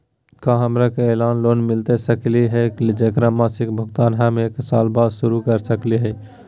का हमरा के ऐसन लोन मिलता सकली है, जेकर मासिक भुगतान हम एक साल बाद शुरू कर सकली हई?